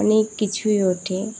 অনেক কিছুই ওঠে